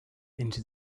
into